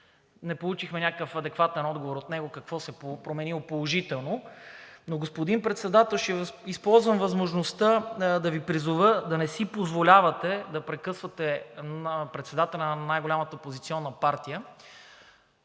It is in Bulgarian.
не получихме някакъв адекватен отговор от него какво се е променило положително. Но, господин Председател, ще използвам възможността да Ви призова да не си позволявате да прекъсвате председателя на най-голямата опозиционна партия,